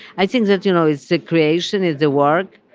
i think that it's you know it's the creation of the work,